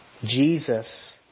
Jesus